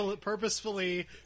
purposefully